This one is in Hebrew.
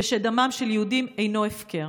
ושדמם של יהודים אינו הפקר.